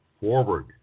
forward